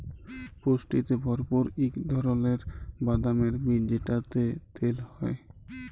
পুষ্টিতে ভরপুর ইক ধারালের বাদামের বীজ যেটতে তেল হ্যয়